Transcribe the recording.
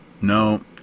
No